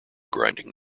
grinding